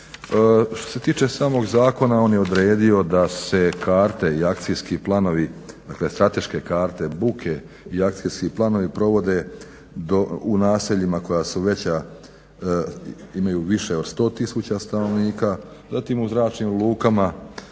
Što se tiče samog zakona on je odredio da se karte i akcijski planovi, dakle strateške karte buke i akcijski planovi provode u naseljima koja su veća, imaju više od 100 tisuća stanovnika, zatim u zračnim lukama